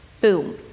Boom